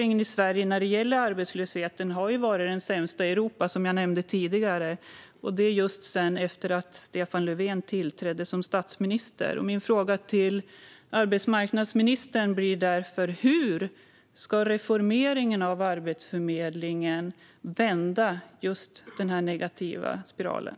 När det gäller arbetslösheten har utvecklingen i Sverige varit den sämsta i Europa efter att Stefan Löfven tillträdde som statsminister, vilket jag nämnde tidigare. Min fråga till arbetsmarknadsministern blir därför: Hur ska reformeringen av Arbetsförmedlingen vända den negativa spiralen?